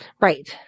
Right